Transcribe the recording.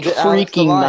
freaking